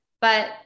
But-